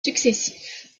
successifs